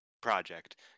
project